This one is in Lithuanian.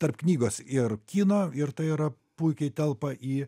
tarp knygos ir kino ir tai yra puikiai telpa į